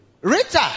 rita